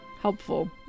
helpful